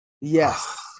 yes